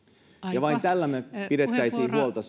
ja vain tällä me pitäisimme huolta